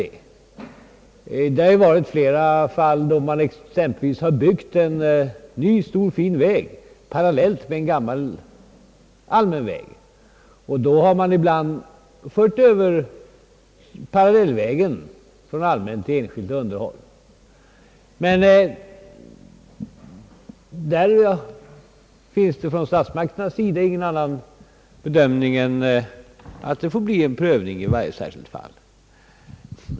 Det har förekommit flera fall, då man exempelvis har byggt en ny stor fin väg parallellt med en gammal allmän väg, och då har man ibland fört över den gamla vägen från allmänt till enskilt underhåll. Men statsmakterna har ingen annan bedömning än att detta får prövas i varje särskilt fall.